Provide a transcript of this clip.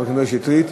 חבר הכנסת מאיר שטרית?